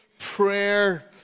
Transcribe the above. prayer